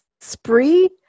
Spree